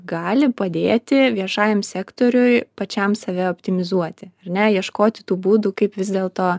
gali padėti viešajam sektoriui pačiam save optimizuoti ar ne ieškoti tų būdų kaip vis dėlto